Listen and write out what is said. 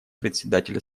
председателя